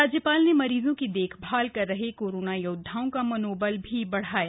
राज्यपाल ने मरीजों की देखभाल कर रहे कोरोना योद्धाओं का मनोबल भी बढ़ाया